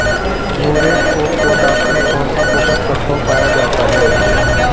Muriate of potash में कौन सा पोषक तत्व पाया जाता है?